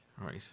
right